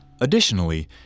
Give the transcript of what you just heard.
Additionally